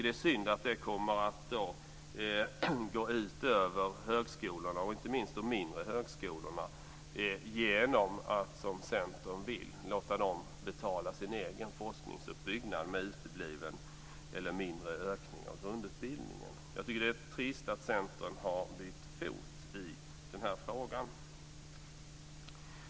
Det är synd att det kommer att gå ut över högskolorna, inte minst de mindre, om man som Centern vill låter dem betala sin egen forskningsuppbyggnad med utebliven eller mindre ökning av grundutbildningen. Det är trist att Centern har bytt fot i den här frågan.